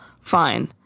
fine